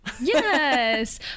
Yes